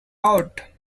out